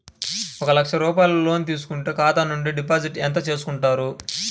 ఒక లక్ష రూపాయలు లోన్ తీసుకుంటే ఖాతా నుండి డిపాజిట్ ఎంత చేసుకుంటారు?